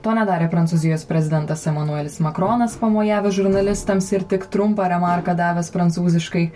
to nedarė prancūzijos prezidentas emanuelis makronas pamojavęs žurnalistams ir tik trumpą remarką davęs prancūziškai